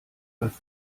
was